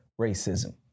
Racism